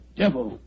devil